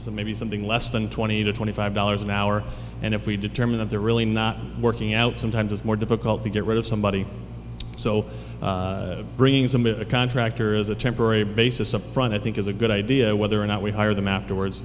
some maybe something less than twenty to twenty five dollars an hour and if we determine of the really not working out sometimes it's more difficult to get rid of somebody so brings them in a contractor as a temporary basis up front i think is a good idea whether or not we hire them afterwards